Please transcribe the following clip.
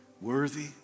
worthy